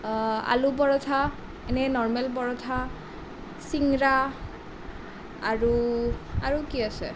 আলু পৰঠা এনেই নৰ্মেল পৰঠা ছিঙৰা আৰু আৰু কি আছে